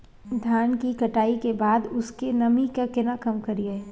धान की कटाई के बाद उसके नमी के केना कम करियै?